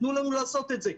תנו לנו לעשות את זה.